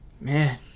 man